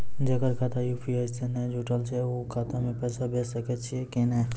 जेकर खाता यु.पी.आई से नैय जुटल छै उ खाता मे पैसा भेज सकै छियै कि नै?